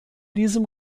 diesem